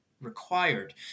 required